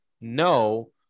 No